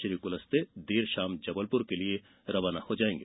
श्री कुलस्ते देर शाम को जबलपुर के लिए रवाना हो जाएंगे